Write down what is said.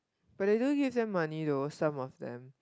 but you don't give them money though some of them